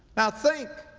now think,